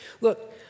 Look